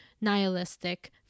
nihilistic